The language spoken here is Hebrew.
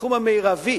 שהסכום המרבי